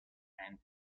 and